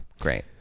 great